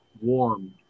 warmed